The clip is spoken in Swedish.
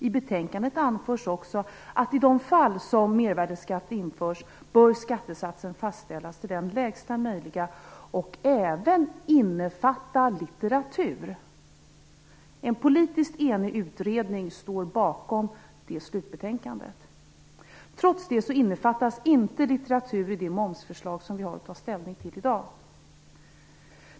I betänkandet anförs också att i de fall mervärdesskatt införs bör skattesatsen fastställas till den lägsta möjliga. Det bör även innefatta litteratur. En politiskt enig utredning står bakom slutbetänkandet. Trots detta innefattas inte litteratur i det momsförslag kammaren har att ta ställning till i dag.